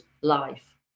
life